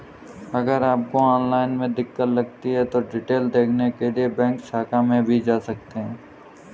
अगर आपको ऑनलाइन में दिक्कत लगती है तो डिटेल देखने के लिए बैंक शाखा में भी जा सकते हैं